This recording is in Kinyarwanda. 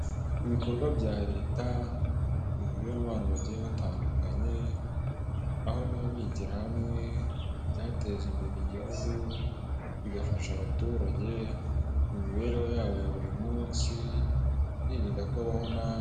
Ibikorwa bya leta bihuriwemo n' abantu bagiye batandukanye aho baba bigira hamwe ibyateza imbere igihugu bigafasha abaturage mu mibereho yabo ya buri munsi birinda kubaho nabi.